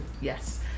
Yes